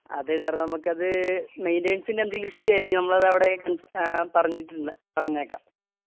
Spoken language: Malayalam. അതെ സാര് നമ്മള്ക്കത് മെയിന്റെനന്സിന്റെ എന്തേലും ഇഷ്യൂ ആയിരിക്കും നമ്മളതവിടെ കണ്ട് പറഞ്ഞേക്കാം